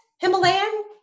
himalayan